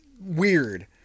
weird